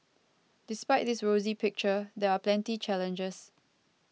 despite this rosy picture there are plenty challenges